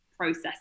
process